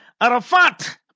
Arafat